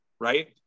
right